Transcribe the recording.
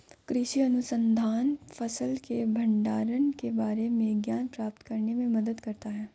कृषि अनुसंधान फसल के भंडारण के बारे में ज्ञान प्राप्त करने में मदद करता है